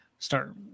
start